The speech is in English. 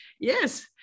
Yes